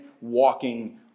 walking